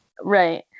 right